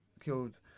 killed